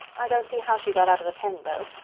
i don't see how she got out of the pen, though.